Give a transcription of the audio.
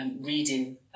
reading